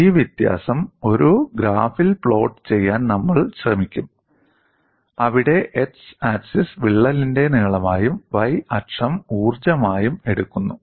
ഈ വ്യതിയാനം ഒരു ഗ്രാഫിൽ പ്ലോട്ട് ചെയ്യാൻ നമ്മൾ ശ്രമിക്കും അവിടെ എക്സ് ആക്സിസ് വിള്ളലിന്റെ നീളമായും Y അക്ഷം ഊർജ്ജമായും എടുക്കുന്നു